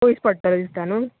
पयस पडटलें दिसता नू